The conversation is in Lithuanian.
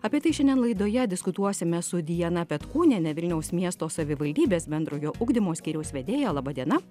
apie tai šiandien laidoje diskutuosime su diana petkūniene vilniaus miesto savivaldybės bendrojo ugdymo skyriaus vedėja laba diena